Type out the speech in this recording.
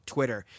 twitter